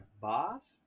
boss